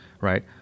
right